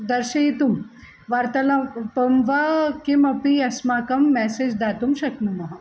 दर्शयितुं वार्तालापं वा किमपि अस्माकं मेसेज् दातुं शक्नुमः